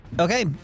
Okay